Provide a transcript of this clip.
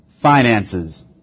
finances